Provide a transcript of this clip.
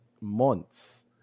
months